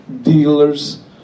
dealers